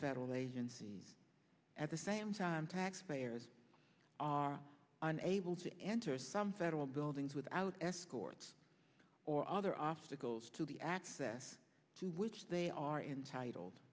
federal agencies at the same time taxpayers are unable to enter some federal buildings without escorts or other obstacles to the access to which they are entitled